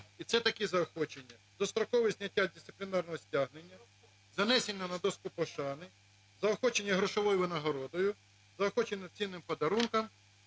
І це такі заохочення: дострокове зняття дисциплінарного стягнення, занесення на дошку пошани, заохочення грошовою винагородою, заохочення цінним подарунком